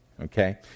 Okay